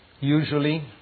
Usually